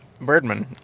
Birdman